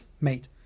mate